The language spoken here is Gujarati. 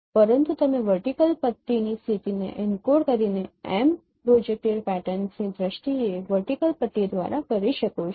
પરંતુ તમે વર્ટીકલ પટ્ટીની સ્થિતિને એન્કોડ કરીને m પ્રોજેક્ટેડ પેટર્ન્સ ની દ્રષ્ટિએ વર્ટીકલ પટ્ટી દ્વારા કરી શકો છો